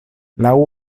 laŭ